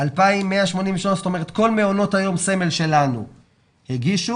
2,183 כל מעונות היום סמל שלנו הגישו.